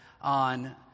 on